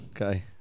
Okay